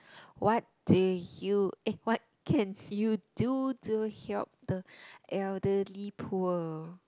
what do you eh what can you do to help the elderly poor